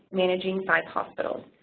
managing five hospitals.